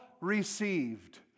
received